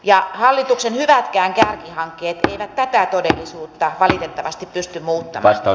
ja hallituksen hyvätkään kärkihankkeet eivät tätä todellisuutta valitettavasti pysty muuttamaan